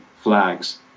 flags